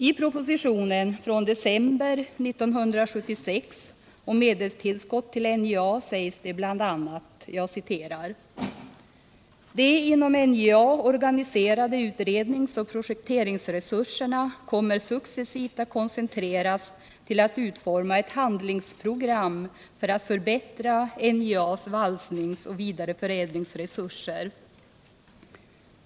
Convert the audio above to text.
I propositionen i december 1976 om medelstillskott till NJA sägs det bl.a.: É ”De inom NJA organiserade utredningsoch projekteringsresurserna kommer successivt att koncentreras till att utforma ett handlingsprogram för att förbättra NJA:s valsningsoch vidareförädlingsresurser.